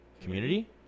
community